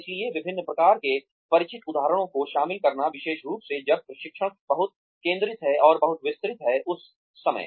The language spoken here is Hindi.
इसलिए विभिन्न प्रकार के परिचित उदाहरणों को शामिल करना विशेष रूप से जब प्रशिक्षण बहुत केंद्रित है और बहुत विस्तृत है उस समय